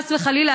חס וחלילה,